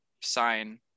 sign